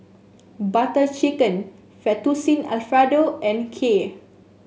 Butter Chicken Fettuccine Alfredo and Kheer